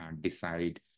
decide